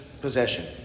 possession